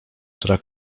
która